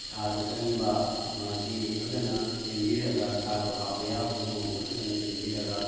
ꯁꯥꯗꯨ ꯆꯟꯕ ꯃꯥꯒꯤ ꯐꯖꯅ ꯁꯦꯝꯕꯤꯔꯒ ꯁꯥꯗꯣ ꯍꯥꯞꯄ ꯌꯥꯕꯒꯤ ꯃꯑꯣꯡꯗ ꯐꯖꯅ ꯁꯦꯝꯕꯤꯔꯒ